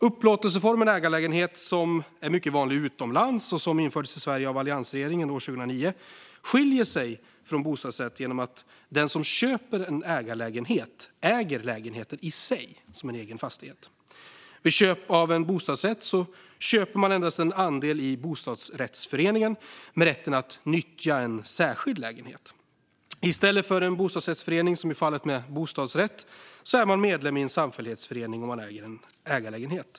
Upplåtelseformen ägarlägenhet, som är mycket vanlig utomlands och som infördes i Sverige av alliansregeringen år 2009, skiljer sig från bostadsrätt genom att den som köper en ägarlägenhet äger lägenheten i sig som en egen fastighet, medan man vid köp av en bostadsrätt endast köper en andel i bostadsrättsföreningen med rätten att nyttja en särskild lägenhet. Om man äger en ägarlägenhet är man medlem i en samfällighetsförening i stället för en bostadsrättsförening, som i fallet med bostadsrätt.